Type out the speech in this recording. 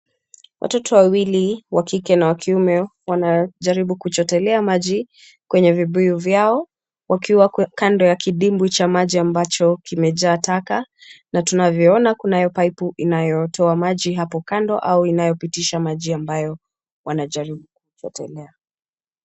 Watoto wawili, wa kike na wa kiume, wanajaribu kuchotelea maji kwenye vibuyu vyao, wakiwa kando ya kidimbwi cha maji ambacho kimejaa taka na tunavyoona kunayo pipe inayotoa maji hapo kando au inayopitisha maji ambayo wanajaribu kuchotelea .